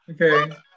Okay